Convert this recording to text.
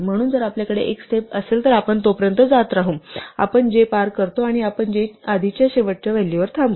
म्हणून जर आपल्याकडे एक स्टेप असेल तर आपण तोपर्यंत जात राहू आपण j पार करतो आणि आपण j च्या आधीच्या शेवटच्या व्हॅलूवर थांबू